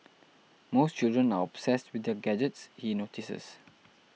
most children are obsessed with their gadgets he notices